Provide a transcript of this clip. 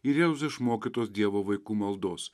ir jėzaus išmokytos dievo vaikų maldos